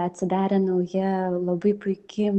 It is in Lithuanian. atsidarė nauja labai puiki